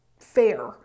fair